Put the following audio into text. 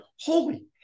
holy